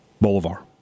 Bolivar